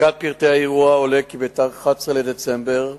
מבדיקת פרטי האירוע עולה כי בתאריך 11 בדצמבר,